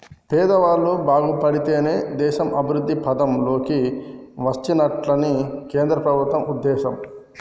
పేదవాళ్ళు బాగుపడితేనే దేశం అభివృద్ధి పథం లోకి వచ్చినట్లని కేంద్ర ప్రభుత్వం ఉద్దేశం